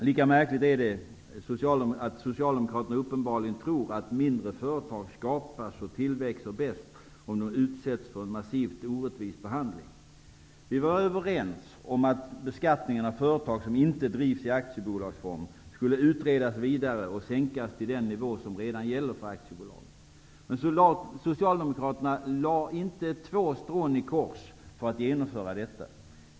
Lika märkligt är det att Socialdemokraterna uppenbarligen tror att mindre företag skapas och tillväxer bäst om de utsätts för en massivt orättvis behandling. Vi var överens om att beskattningen av företag som inte drivs i aktiebolagsform skulle utredas vidare och sänkas till den nivå som redan gäller för aktiebolagen. Men Socialdemokraterna lade inte två strån i kors för att genomföra detta.